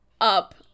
up